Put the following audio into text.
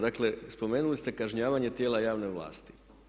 Dakle, spomenuli ste kažnjavanje tijela javne vlasti.